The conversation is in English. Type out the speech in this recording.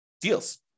deals